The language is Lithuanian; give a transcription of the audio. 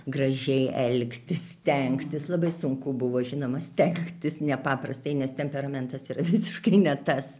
gražiai elgtis stengtis labai sunku buvo žinoma stengtis nepaprastai nes temperamentas yra visiškai ne tas